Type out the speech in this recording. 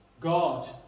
God